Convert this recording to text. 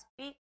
speak